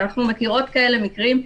אנחנו מכירות כאלה מקרים.